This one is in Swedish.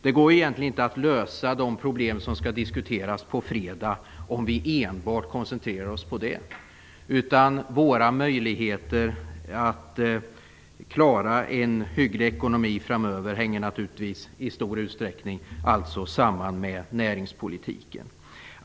Det går egentligen inte att lösa de problem som skall diskuteras på fredag om vi enbart koncentrerar oss på dem. Våra möjligheter att klara en hygglig ekonomi framöver hänger naturligtvis i stor utsträckning samman med näringspolitiken.